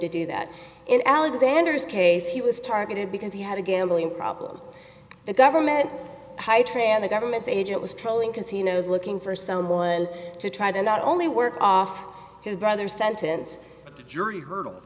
to do that in alexander's case he was targeted because he had a gambling problem the government tran the government agent was trolling casinos looking for someone to try to not only work off his brother sentence jury h